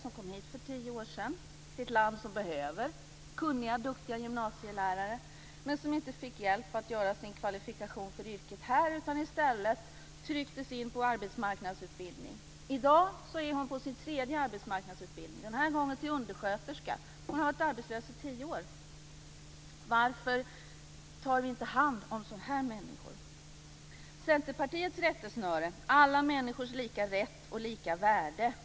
Hon kom hit för tio år sedan, till ett land som behöver kunniga och duktiga gymnasielärare. Men hon fick inte hjälp att komplettera sin utbildning för att utöva sitt yrke här. I stället fick hon genomgå arbetsmarknadsutbildning. I dag är hon inne på sin tredje arbetsmarknadsutbildning, den här gången till undersköterska. Hon har varit arbetslös i tio år. Varför tar vi inte hand om sådana här människor? Centerpartiets rättesnöre är alla människors lika rätt och lika värde.